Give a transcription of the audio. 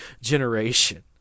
generation